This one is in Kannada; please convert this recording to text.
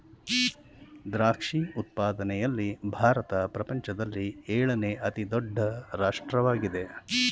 ದ್ರಾಕ್ಷಿ ಉತ್ಪಾದನೆಯಲ್ಲಿ ಭಾರತ ಪ್ರಪಂಚದಲ್ಲಿ ಏಳನೇ ಅತಿ ದೊಡ್ಡ ರಾಷ್ಟ್ರವಾಗಿದೆ